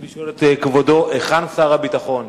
אני רוצה לשאול את כבודו: היכן שר הביטחון?